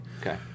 Okay